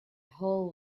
whole